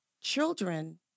Children